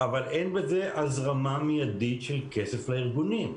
אבל אין בזה הזרמה מידית של כסף לארגונים.